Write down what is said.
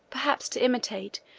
perhaps to imitate,